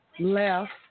Left